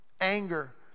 anger